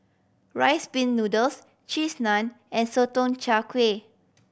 Rice Pin Noodles Cheese Naan and Sotong Char Kway